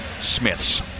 Smiths